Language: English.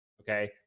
okay